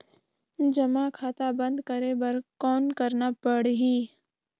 जमा खाता बंद करे बर कौन करना पड़ही?